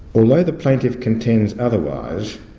although the plaintiff contends otherwise,